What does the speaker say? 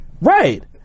right